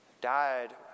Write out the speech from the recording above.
died